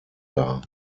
dar